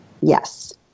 Yes